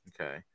okay